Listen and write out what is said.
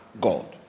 god